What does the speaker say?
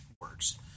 works